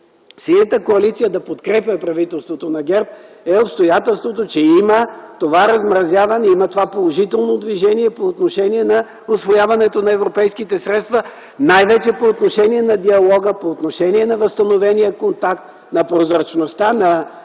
Синята коалиция да подкрепя правителството на ГЕРБ е обстоятелството, че има размразяване, положително движение по отношение усвояването на европейските средства, най-вече по отношение на диалога, по отношение на възстановения контакт, на прозрачността, на